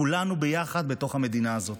כולנו ביחד בתוך המדינה הזאת.